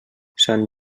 sant